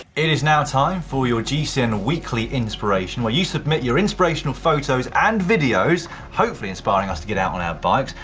it is now time for your gcn weekly inspiration, where you submit your inspirational photos and videos, hopefully inspiring us to get out and our bikes,